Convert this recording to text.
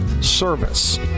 service